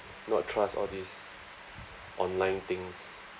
not trust all these online things